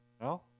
No